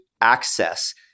access